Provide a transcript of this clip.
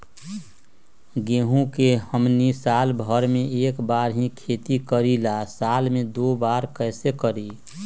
गेंहू के हमनी साल भर मे एक बार ही खेती करीला साल में दो बार कैसे करी?